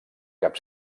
cap